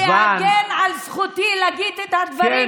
אני מצפה ממך להגן על זכותי להגיד את הדברים שלי בלי,